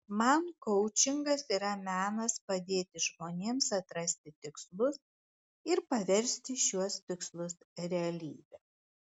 man koučingas yra menas padėti žmonėms atrasti tikslus ir paversti šiuos tikslus realybe